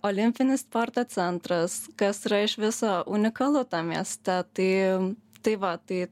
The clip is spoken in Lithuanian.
olimpinis sporto centras kas yra iš viso unikalu tam mieste tai tai va tai